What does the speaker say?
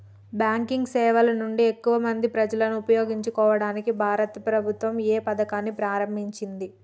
Banking సేవల నుండి ఎక్కువ మంది ప్రజలను ఉపయోగించుకోవడానికి భారత ప్రభుత్వం ఏ పథకాన్ని ప్రారంభించింది?